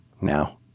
Now